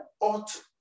ought